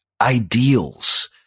ideals